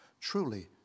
Truly